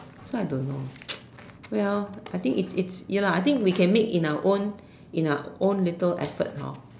so I don't know well I think it's it's ya lah I think we can make in our own in our own little effort hor